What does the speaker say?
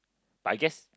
but I guess